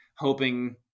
hoping